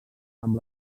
amb